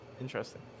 Interesting